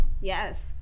Yes